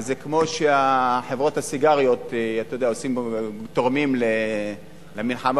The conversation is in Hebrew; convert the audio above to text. זה כמו שחברות הסיגריות תורמות למלחמה